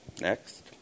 Next